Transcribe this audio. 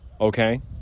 okay